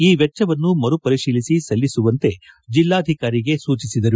ಈ ವೆಚ್ಚವನ್ನು ಮರುಪರಿಶೀಲಿಸಿ ಸಲ್ಲಿಸುವಂತೆ ಜೆಲ್ಲಾಧಿಕಾರಿಗೆ ಸೂಚಿಸಿದರು